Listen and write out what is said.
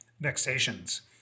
vexations